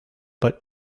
but